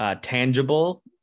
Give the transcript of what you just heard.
tangible